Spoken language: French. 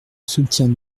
soutiens